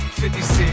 56